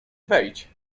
wejdź